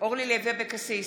אורלי לוי אבקסיס,